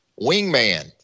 wingman